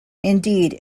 indeed